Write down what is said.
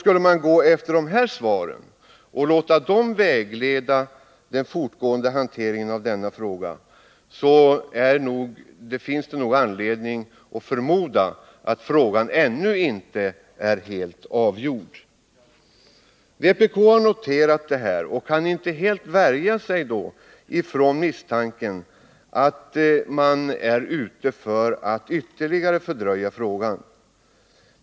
Låter man dessa svar vägleda den fortgående hanteringen av frågan finns det nog anledning att förmoda att den inte är helt avgjord. I vpk har vi noterat detta och kan inte helt värja oss från misstanken att man är ute för att ytterligare fördröja frågan.